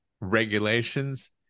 regulations